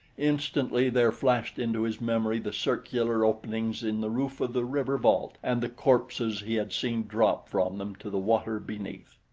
instantly there flashed into his memory the circular openings in the roof of the river vault and the corpses he had seen drop from them to the water beneath.